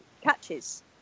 catches